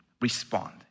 respond